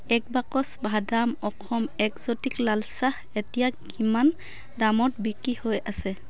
এক বাকচ ভাদাম অসম এগজ'টিক লাল চাহ এতিয়া কিমান দামত বিক্রী হৈ আছে